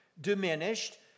diminished